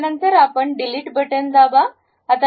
त्यानंतर आपण डिलीट बटनदाबा